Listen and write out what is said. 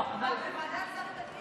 ועדת שרים,